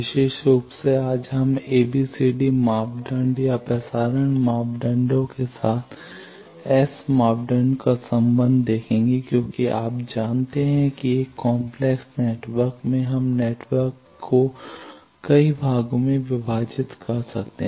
विशेष रूप से आज हम ABCD मापदंड या प्रसारण मापदंडों के साथ एस मापदंड का संबंध देखेंगे क्योंकि आप जानते हैं कि एक काम्प्लेक्स नेटवर्क में हम नेटवर्क को कई भागों में विभाजित करते हैं